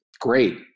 great